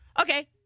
Okay